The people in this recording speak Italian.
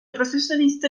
professionista